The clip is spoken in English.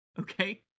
okay